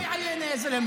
(אומר בערבית: לאט-לאט,